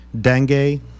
dengue